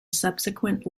subsequent